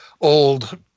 old